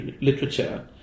literature